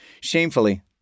Shamefully